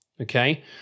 Okay